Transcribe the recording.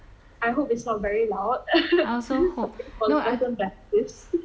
I hope it's not very loud sorry for the person vetting this